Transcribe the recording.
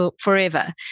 forever